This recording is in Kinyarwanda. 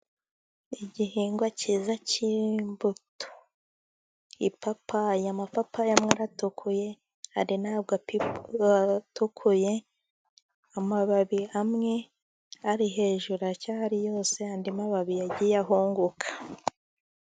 Igihingwa cyiza cy'imbuto ipapayi, amapapayi amwe aratukuye andi ntabwo atukuye, amababi amwe ari hejuru aracyahari yose, andi mababi yagiye ahunguka.